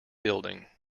building